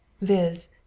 viz